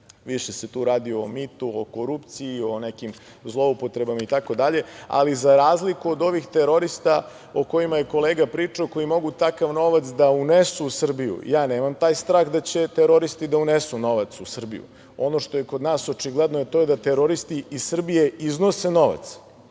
više se tu radi o mitu, o korupciji, o nekim zloupotrebama itd. ali za razliku od ovih terorista o kojima je kolega pričao koji mogu takav novac da unesu u Srbiju, ja nemam tajstrah da će teroristi da unesu novac u Srbiju. Ono što je kod nas očigledno, to je da teroristi iz Srbije iznose novac